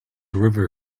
river